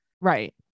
right